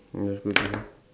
let's go through here